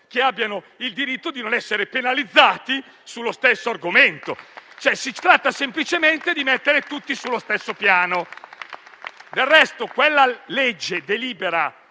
che abbiano il diritto di non essere penalizzati sullo stesso argomento. Si tratta semplicemente di mettere tutti sullo stesso piano. Del resto, quella delibera